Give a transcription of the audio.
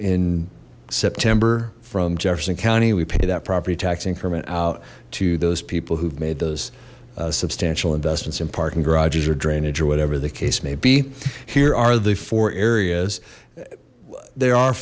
in september from jefferson county we painted that property tax increment out to those people who've made those substantial investments in parking garages or drainage or whatever the case may be here are the four areas there are